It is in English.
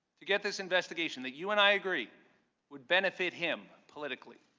to get this investigation that you and i agree would benefit him politically.